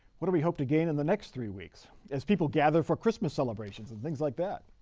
what do we hope to gain in the next three weeks as people gather for christmas celebrations and things like that?